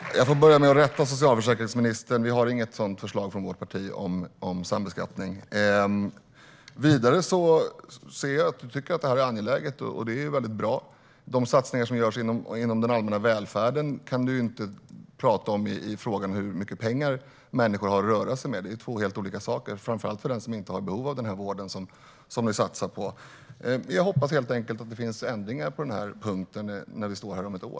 Herr talman! Jag får börja med att rätta socialförsäkringsministern. Vi har inte något sådant förslag från vårt parti som sambeskattning. Vidare ser jag att du tycker att det är angeläget, och det är väldigt bra. De satsningar som görs inom den allmänna välfärden kan du inte tala om när det gäller hur mycket pengar människor har att röra sig med. Det är två helt olika saker, framför allt för den som inte har behov av den vård ni satsar på. Jag hoppas helt enkelt att det finns ändringar på den här punkten när vi står här om ett år.